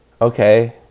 okay